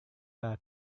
para